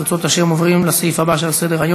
ברצות השם, עוברים לסעיף הבא שעל סדר-היום: